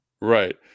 Right